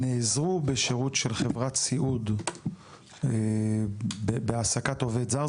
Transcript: נעזרו בשירות של חברת סיעוד בהעסקת עובד זר,